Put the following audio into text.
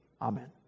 Amen